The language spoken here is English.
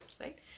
right